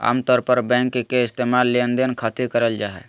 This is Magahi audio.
आमतौर पर बैंक के इस्तेमाल लेनदेन खातिर करल जा हय